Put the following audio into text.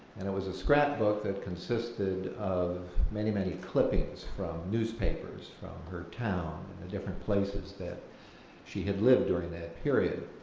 and it was a scrapbook that consisted of many, many clippings from newspapers from her town and the different places that she had lived during that period.